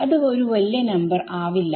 അത് വലിയ ഒരു നമ്പർ ആവില്ല